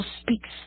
speaks